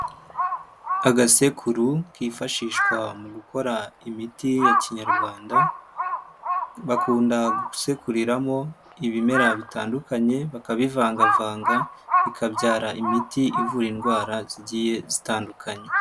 Agasekuru kifashishwa mu gukora imiti ya Kinyarwanda, bakunda gusekuriramo ibimera bitandukanye, bakabivangavanga bikabyara imiti ivura indwara zigiye zitandukanye.